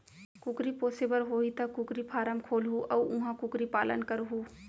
कुकरी पोसे बर होही त कुकरी फारम खोलहूं अउ उहॉं कुकरी पालन करहूँ